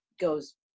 goes